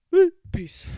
Peace